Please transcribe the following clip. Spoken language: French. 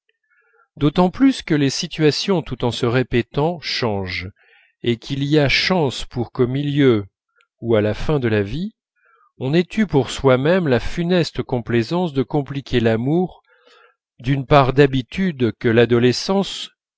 d'autant plus que les situations tout en se répétant changent et qu'il y a chance pour qu'au milieu ou à la fin de la vie on ait eu pour soi-même la funeste complaisance de compliquer l'amour d'une part d'habitude que l'adolescence